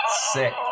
Sick